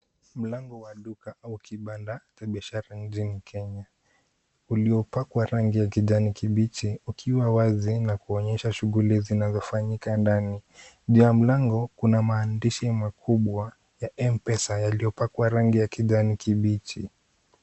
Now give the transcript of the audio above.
Mlango wa duka au kibanda cha biashara mjini Kenya, uliopakwa rangi ya kijani kibichi ukiwa wazi na kuonyesha shughuli zinazofanyika ndani. Nje ya mlango kuna maandishi makubwa ya M-pesa yaliyopakwa rangi ya kijani kibichi.